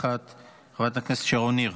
חברת הכנסת קארין אלהרר,